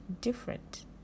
different